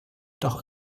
doch